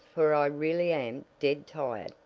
for i really am dead tired.